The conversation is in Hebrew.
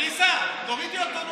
עליזה, תורידי אותו.